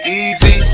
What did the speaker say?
easy